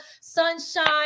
Sunshine